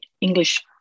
English